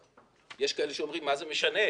יש כאלה שאומרים מה זה משנה,